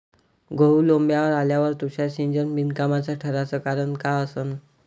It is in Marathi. गहू लोम्बावर आल्यावर तुषार सिंचन बिनकामाचं ठराचं कारन का असन?